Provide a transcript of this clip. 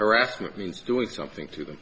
harassment means doing something to them